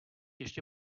ještě